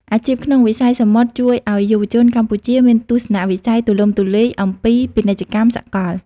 អាជីពក្នុងវិស័យសមុទ្រជួយឱ្យយុវជនកម្ពុជាមានទស្សនវិស័យទូលំទូលាយអំពីពាណិជ្ជកម្មសកល។